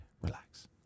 Relax